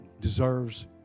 deserves